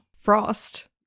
Frost